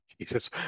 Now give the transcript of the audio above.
Jesus